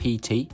pt